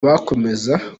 bakomeza